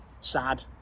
sad